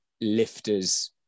lifters